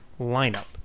lineup